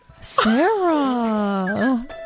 Sarah